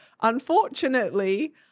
Unfortunately